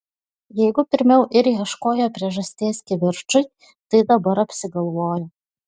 jeigu pirmiau ir ieškojo priežasties kivirčui tai dabar apsigalvojo